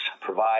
provide